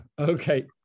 Okay